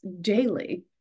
daily